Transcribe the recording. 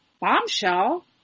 bombshell